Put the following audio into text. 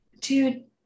dude